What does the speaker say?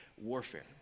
warfare